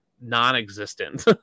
non-existent